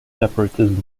separatism